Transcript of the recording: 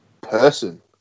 person